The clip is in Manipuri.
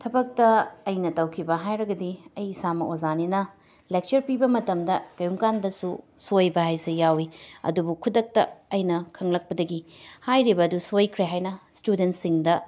ꯊꯕꯛꯇ ꯑꯩꯅ ꯇꯧꯈꯤꯕ ꯍꯥꯏꯔꯒꯗꯤ ꯑꯩ ꯏꯁꯥꯃꯛ ꯑꯣꯖꯥꯅꯤꯅ ꯂꯦꯛꯆꯔ ꯄꯤꯕ ꯃꯇꯝꯗ ꯀꯩꯒꯨꯝꯕꯀꯥꯟꯗꯁꯨ ꯁꯣꯏꯕ ꯍꯥꯏꯁꯦ ꯌꯥꯎꯏ ꯑꯗꯨꯕꯨ ꯈꯨꯗꯛꯇ ꯑꯩꯅ ꯈꯪꯂꯛꯄꯗꯒꯤ ꯍꯥꯏꯔꯤꯕꯗꯨ ꯁꯣꯏꯈ꯭ꯔꯦ ꯍꯥꯏꯅ ꯁ꯭ꯇꯨꯗꯦꯟꯁꯤꯡꯗ